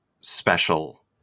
special